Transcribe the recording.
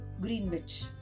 Greenwich